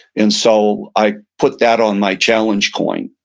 and so i put that on my challenge coin.